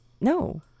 no